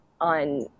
on